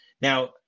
Now